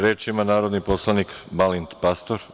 Reč ima narodni poslanik Balint Pastor.